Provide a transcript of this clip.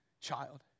child